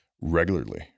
regularly